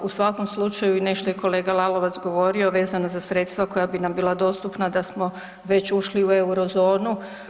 U svakom slučaju i nešto je kolega Lalovac govorio vezano za sredstva koja bi nam bila dostupna da smo već ušli u Eurozonu.